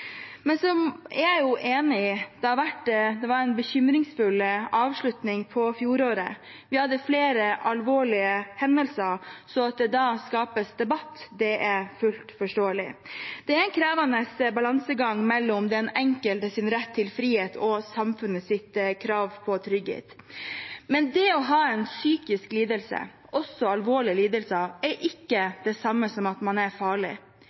er jeg er enig i at det var en bekymringsfull avslutning på fjoråret. Vi hadde flere alvorlige hendelser, så at det da skapes debatt, er fullt forståelig. Det er en krevende balansegang mellom den enkeltes rett til frihet og samfunnets krav på trygghet. Men det å ha en psykisk lidelse, også alvorlige lidelser, er ikke det samme som at man er farlig.